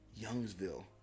Youngsville